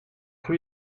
rue